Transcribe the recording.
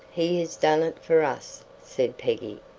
he has done it for us, said peggy.